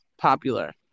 popular